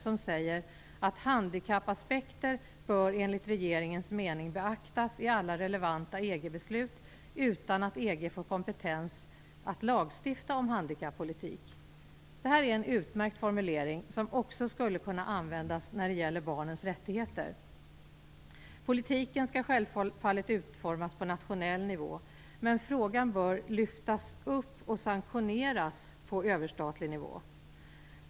Det står att handikappaspekter enligt regeringens mening bör beaktas i alla relevanta EG-beslut, utan att EG får kompetens att lagstifta om handikappolitiken. Det är en utmärkt formulering som också skulle kunna användas i fråga om barnens rättigheter. Politiken skall självfallet utformas på nationell nivå, men frågan bör lyftas upp och sanktioneras på överstatlig nivå.